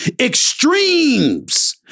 extremes